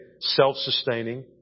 self-sustaining